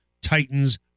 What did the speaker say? Titans